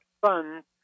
funds